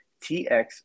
TX